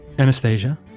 Anastasia